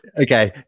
Okay